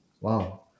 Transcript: Wow